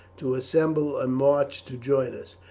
to assemble and march to join us.